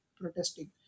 protesting